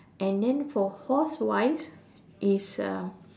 and then for horse wise is um